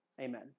amen